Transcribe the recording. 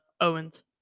Owens